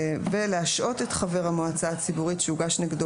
(2)להשעות את חבר המועצה הציבורית שהוגש נגדו